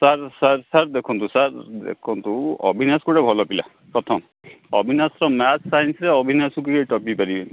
sir sir sir ଦେଖନ୍ତୁ sir ଦେଖନ୍ତୁ ଅବିନାଶ ଗୋଟେ ଭଲ ପିଲା ପ୍ରଥମ ଅବିନାଶର ମ୍ୟାଥ୍ ସାଇନ୍ସରେ ଅବିନାଶକୁ କେହି ଟପି ପାରିବେନି